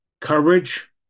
courage